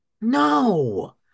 No